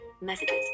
Messages